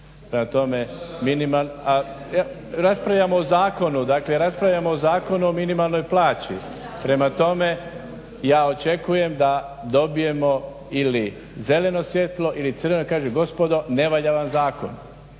prema tome ja očekujem da dobijemo ili zeleno svjetlo ili crveno da kaže gospodo ne valja vam zakon,